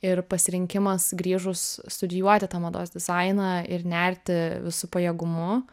ir pasirinkimas grįžus studijuoti tą mados dizainą ir nerti visu pajėgumu